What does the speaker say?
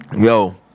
Yo